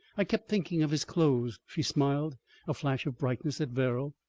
i kept thinking of his clothes. she smiled a flash of brightness at verrall.